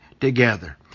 together